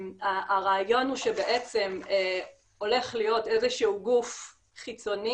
הרעיון הוא שבעצם הולך להיות איזה שהוא גוף חיצוני